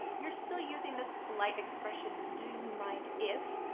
you're still using this polite expression, do you mind if,